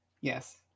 Yes